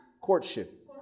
courtship